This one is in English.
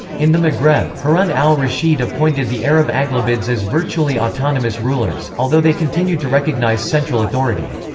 in the maghreb, harun al-rashid appointed the arab aghlabids as virtually autonomous rulers, although they continued to recognise central authority.